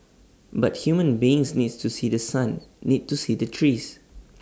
but human beings needs to see The Sun need to see the trees